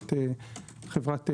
חברת עדן.